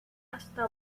hasta